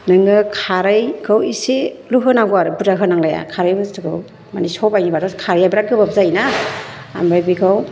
नोङो खारैखौ एसेल' होनांगौ आरो बुरजा होनांलाया खारै बुस्थुखौ माने सबाइ होनबाथ' खारैया बिराथ गोबाब जायो ना ओमफ्राय बिखौ